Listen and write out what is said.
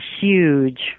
huge